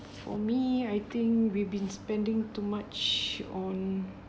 for me I think we've been spending too much on